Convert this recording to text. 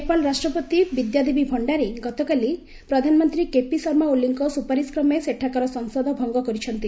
Nepal parliament Nepal ରାଷ୍ଟ୍ରପତି ବିଦ୍ୟାଦେବୀ ଭଣ୍ଡାରୀ ଗତକାଲି ପ୍ରଧାନମନ୍ତ୍ରୀ କେପି ଶର୍ମା ଓଲିଙ୍କ ସୁପାରିସକ୍ରମେ ସେଠାକାର ସଂସଦ ଭଙ୍ଗ କରିଛନ୍ତି